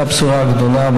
זו הבשורה הגדולה,